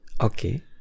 Okay